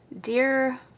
dear